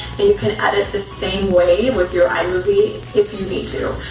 and you can edit the same way, with your imovie, if you need to,